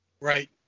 Right